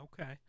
okay